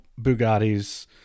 Bugatti's